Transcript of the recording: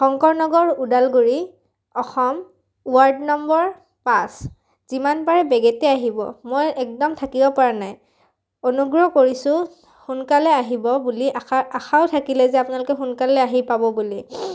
Shankar Nagar Udalguri Assam ward number পাঁচ যিমান পাৰে বেগেতে আহিব মই একদম থাকিব পৰা নাই অনুগ্ৰহ কৰিছোঁ সোনকালে আহিব বুলি আশা আশাও থাকিলে যে আপোনালোকে সোনকালে আহি পাব বুলি